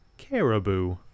caribou